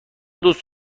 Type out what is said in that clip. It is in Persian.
دوست